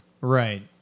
Right